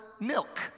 milk